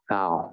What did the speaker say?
now